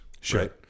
Sure